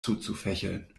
zuzufächeln